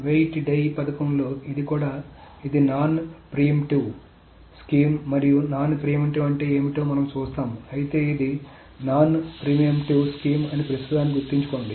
wait die పథకంలో ఇది కూడా ఇది నాన్ ప్రీమిప్టివ్ స్కీమ్ మరియు నాన్ ప్రీమిప్టివ్ అంటే ఏమిటో మనం చూస్తాము అయితే ఇది నాన్ ప్రీమిప్టివ్ స్కీమ్ అని ప్రస్తుతానికి గుర్తుంచుకోండి